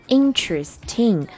interesting